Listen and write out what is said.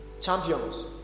Champions